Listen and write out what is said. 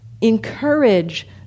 encourage